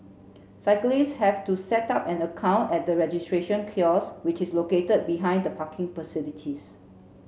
cyclists have to set up an account at the registration kiosks which is located behind the parking facilities